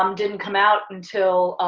um didn't come out until,